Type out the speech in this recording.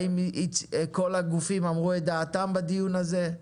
האם כל הגופים אמרו את דעתם בדיון הזה?